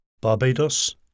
Barbados